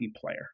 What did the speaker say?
player